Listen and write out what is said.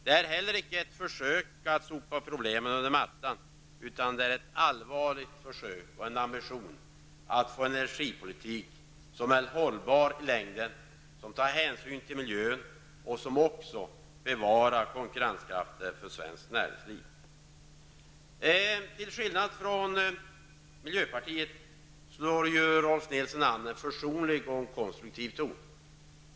Det är heller icke ett försök att sopa problemen under mattan, utan det är ett allvarligt försök och en ambition att få en energipolitik som är hållbar i längden, som tar hänsyn till miljön och som också bevarar konkurrenskraften för svenskt näringsliv. Till skillnad från miljöpartiet slår Rolf Nilson an en försonlig och konstruktiv ton.